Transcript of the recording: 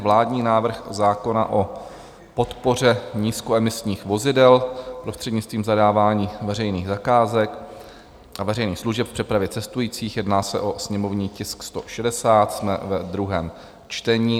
Vládní návrh zákona o podpoře nízkoemisních vozidel prostřednictvím zadávání veřejných zakázek a veřejných služeb v přepravě cestujících /sněmovní tisk 160/ druhé čtení